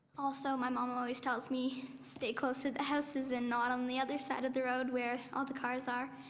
also my mom always tells me stay close to the houses and not on the other side of the road where all the cars are.